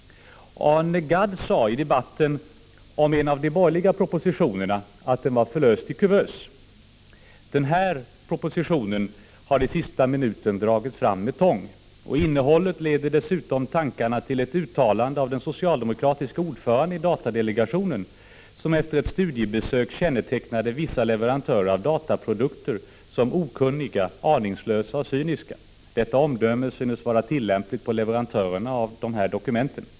Arne Gadd sade i debatten om en av de borgerliga propositionerna att den var förlöst i kuvös. Men den här propositionen har i sista minuten dragits fram med tång. Innehållet leder dessutom tankarna till ett uttalande av den socialdemokratiske ordföranden i datadelegationen, som efter ett studiebesök kännetecknade vissa leverantörer av dataprodukter som ”okunniga, aningslösa och cyniska”. Detta omdöme synes vara tillämpligt på leverantörerna av dessa dokument.